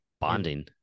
Bonding